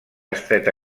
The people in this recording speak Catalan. estreta